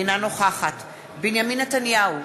אינה נוכחת בנימין נתניהו,